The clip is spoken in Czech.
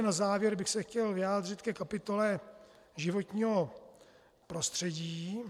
Na závěr bych se chtěl vyjádřit ke kapitole životního prostředí.